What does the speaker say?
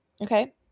okay